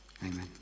Amen